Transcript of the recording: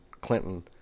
clinton